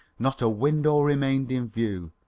not a window remained in view,